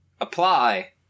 Apply